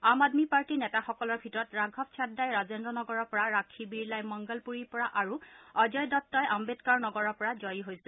আম আদমি পাৰ্টিৰ নেতাসকলৰ ভিতৰত ৰাঘৱ চাড্ডাই ৰাজেদ্ৰ নগৰৰ পৰা ৰাখী বিৰলাই মংগল পূৰীৰ পৰা আৰু অজয় দত্তই আম্বেদকাৰ নগৰৰ পৰা জয় হৈছে